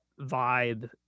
vibe